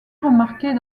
remarquer